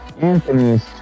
Anthony's